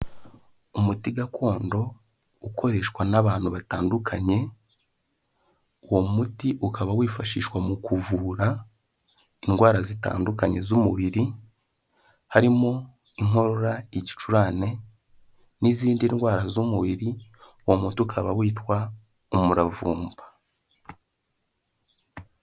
Umuti gakondo ukoreshwa n'abantu batandukanye uwo muti ukaba wifashishwa mu kuvura indwara zitandukanye z'umubiri harimo inkorora, igicurane n'izindi ndwara z'umubiri uwo muti ukaba witwa umuravumba.